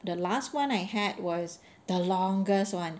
the last one I had was the longest one